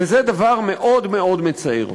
וזה דבר מאוד מאוד מצער.